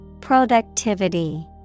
Productivity